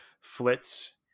flits